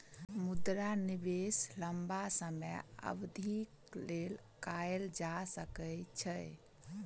मुद्रा निवेश लम्बा समय अवधिक लेल कएल जा सकै छै